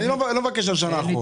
אני כבר לא מבקש על השנה האחרונה.